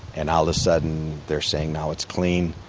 and all of a sudden they are saying now it's clean.